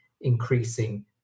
increasing